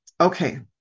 Okay